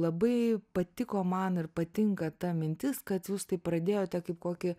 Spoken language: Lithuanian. labai patiko man ir patinka ta mintis kad jūs tai pradėjote kaip kokį